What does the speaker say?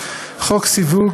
חוק סיווג,